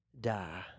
die